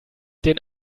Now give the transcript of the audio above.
den